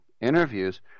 interviews